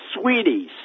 Sweeties